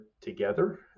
together